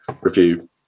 review